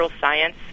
science